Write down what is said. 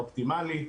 האופטימלי.